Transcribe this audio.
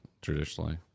Traditionally